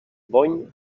bony